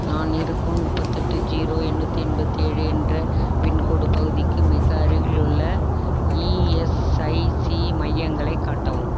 நான் இருக்கும் முப்பத்தெட்டு ஜீரோ எண்ணூற்றி எண்பத்தி ஏழு என்ற பின்கோடு பகுதிக்கு மிக அருகிலுள்ள இஎஸ்ஐசி மையங்களைக் காட்டவும்